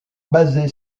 basée